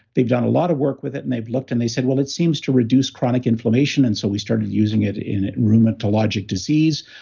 they've done a lot of work with it and they've looked and they said, well, it seems to reduce chronic inflammation, and so, we started using it in rheumatologic disease.